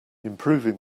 improving